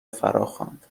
فراخواند